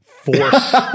Force